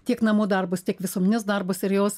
tiek namų darbus tiek visuomeninius darbus ir jos